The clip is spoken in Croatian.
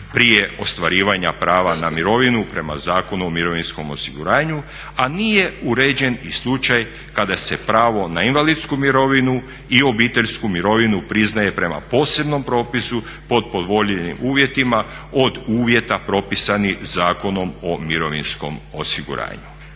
prije ostvarivanja prava na mirovinu prema Zakonu o mirovinskom osiguranju, a nije uređen i slučaj kada se pravo na invalidsku mirovinu i obiteljsku mirovinu priznaje prema posebnom propisu pod povoljnijim uvjetima od uvjeta propisanih Zakonom o mirovinskom osiguranju.